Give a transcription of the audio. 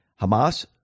Hamas